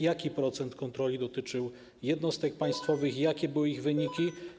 Jaki procent kontroli dotyczył jednostek państwowych i jakie były ich wyniki?